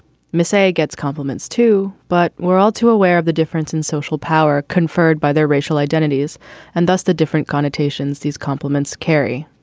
missy gets compliments, too. but we're all too aware of the difference in social power conferred by their racial identities and thus the different connotations these compliments carry.